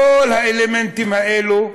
כל האלמנטים האלו,